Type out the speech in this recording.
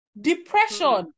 depression